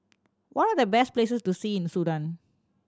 what are the best places to see in Sudan